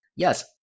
Yes